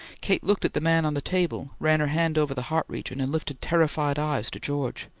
kate looked at the man on the table, ran her hand over the heart region, and lifted terrified eyes to george.